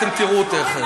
אתם תראו תכף.